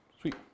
Sweet